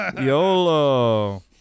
yolo